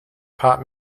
pop